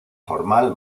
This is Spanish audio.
formal